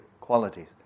qualities